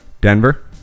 Denver